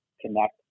connect